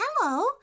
Hello